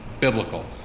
biblical